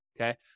okay